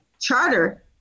charter